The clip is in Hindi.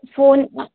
फ़ोन